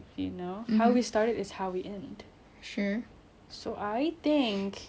so I think I don't like to think this kind of things saya tak suka saya benci fikir pasal gini